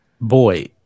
Boy